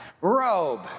robe